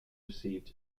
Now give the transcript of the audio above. received